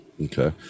Okay